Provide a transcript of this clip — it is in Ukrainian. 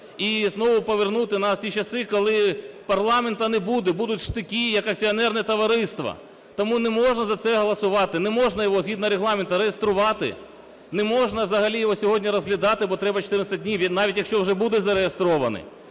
і знову повернути нас в ті часи, коли парламенту не буде, будуть штики, як акціонерні товариства. Тому не можна за це голосувати. Не можна його, згідно Регламенту, реєструвати, не можна взагалі його сьогодні розглядати, бо треба 14 днів, і навіть якщо уже буде зареєстрований.